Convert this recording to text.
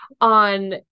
on